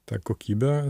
ta kokybė